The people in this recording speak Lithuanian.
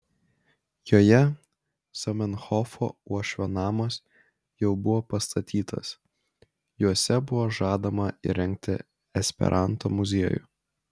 joje zamenhofo uošvio namas jau buvo pastatytas juose buvo žadama įrengti esperanto muziejų